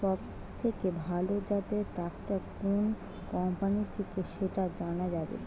সবথেকে ভালো জাতের ট্রাক্টর কোন কোম্পানি থেকে সেটা জানা যাবে?